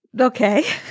Okay